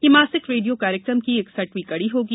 यह मासिक रेडियो कार्यक्रम की शवी कड़ी होगी